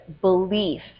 belief